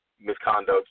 misconduct